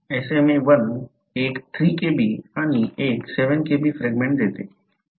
SmaI एक 3 Kbआणि एक 7Kb फ्रॅगमेंट देते